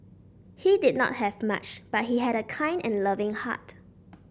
he did not have much but he had a kind and loving heart